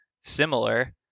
similar